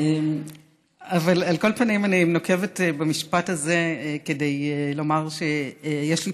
אבל על כל פנים אני נוקבת במשפט הזה כדי לומר שיש לי